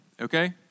okay